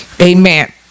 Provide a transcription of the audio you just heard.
Amen